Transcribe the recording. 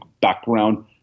background